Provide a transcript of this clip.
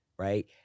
Right